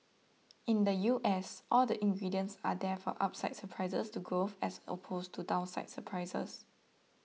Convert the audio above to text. in the U S all the ingredients are there for upside surprises to growth as opposed to downside surprises